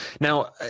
Now